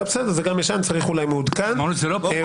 תודה.